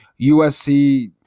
USC